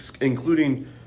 including